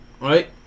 right